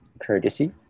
courtesy